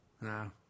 No